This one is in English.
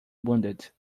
wounded